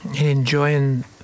enjoying